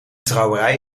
trouwerij